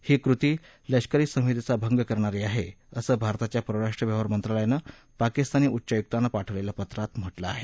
ही कृती लष्करी संहितेचा भंग करणारी आहे असं भारताच्या परराष्ट्र व्यवहार मंत्रालयानं पाकिस्तानी उच्चायुक्तांना पाठवलेल्या पत्रात म्हटलं आहे